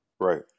Right